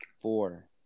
four